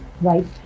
right